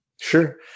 Sure